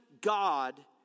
God